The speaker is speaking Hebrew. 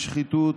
לשחיתות,